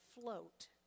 float